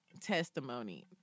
testimony